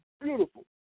beautiful